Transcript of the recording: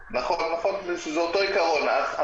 נכון, מפני זה אותו עיקרון.